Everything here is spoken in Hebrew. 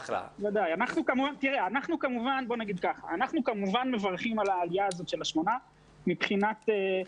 כמובן מברכים על ההעלאה לשמונה ילדים.